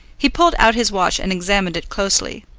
he pulled out his watch and examined it closely.